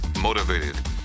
motivated